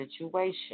situation